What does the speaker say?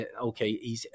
okay